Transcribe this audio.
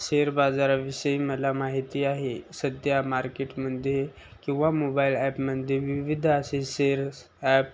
share बाजाराविषयी मला माहिती आहे सध्या मार्केटमध्ये किंवा मोबाईल ॲपमध्ये विविध असे शेअर्स ॲप